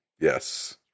yes